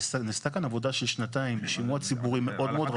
נעשתה כאן עבודה של שנתיים של שימוע ציבורי מאוד מאוד רחב.